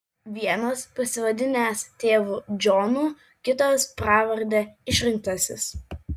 vienas pasivadinęs tėvu džonu kitas pravarde išrinktasis